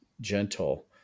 gentle